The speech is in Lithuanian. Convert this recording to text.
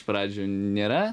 pradžioj nėra